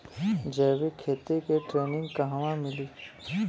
जैविक खेती के ट्रेनिग कहवा मिली?